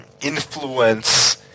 influence